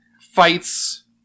fights